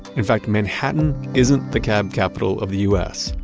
in fact, manhattan isn't the cab capital of the u s.